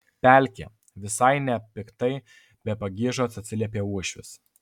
pelkė visai nepiktai be pagiežos atsiliepė uošvis